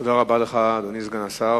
תודה רבה לך, אדוני סגן השר.